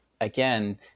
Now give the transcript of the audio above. again